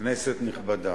כנסת נכבדה,